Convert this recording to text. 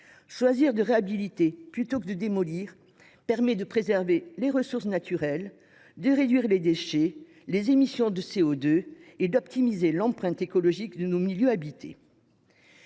Choisir de réhabiliter plutôt que de démolir permet de préserver les ressources naturelles, de réduire les déchets et les émissions de CO2 et d’optimiser l’empreinte écologique de nos milieux habités.